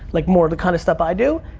like, more of the kind of stuff i do,